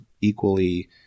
equally